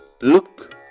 look